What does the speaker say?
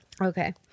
Okay